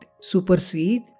supersede